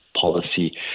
policy